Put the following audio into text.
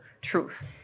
truth